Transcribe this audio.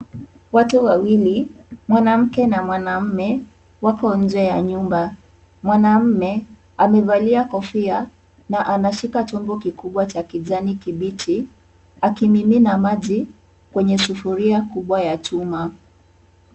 Watu wawili mwanamke na mwanaume wako nje ya nyumba. Mwanaume amevalia kofia na anashika chombo kikubwa cha kijani kibichi akimimina maji kwenye sufuria kubwa ya chuma.